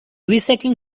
recycling